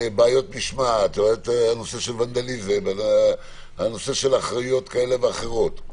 בעיות משמעת, ונדליזם, האחריויות כאלה ואחרות?